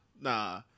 Nah